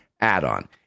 add-on